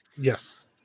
Yes